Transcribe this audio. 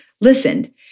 listened